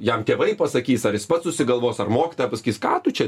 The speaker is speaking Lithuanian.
jam tėvai pasakys ar jis pats susigalvos ar mokytoja pasakys ką tu čia